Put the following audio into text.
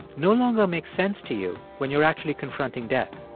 no longer make sense to you when you're actually confronting death?